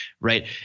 right